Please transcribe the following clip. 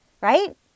right